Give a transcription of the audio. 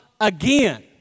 again